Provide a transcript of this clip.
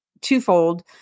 twofold